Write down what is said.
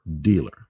dealer